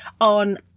on